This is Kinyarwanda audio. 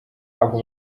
abo